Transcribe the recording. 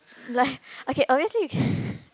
like okay obviously it's